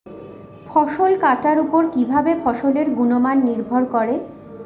ফসল কাটার উপর কিভাবে ফসলের গুণমান নির্ভর করে?